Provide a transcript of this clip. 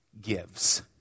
gives